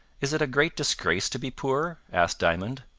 is it a great disgrace to be poor? asked diamond,